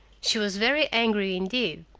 she was very angry indeed.